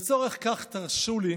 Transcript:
לצורך זה תרשו לי